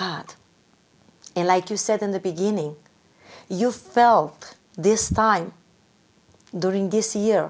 god and like you said in the beginning you felt this time during this year